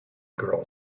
girl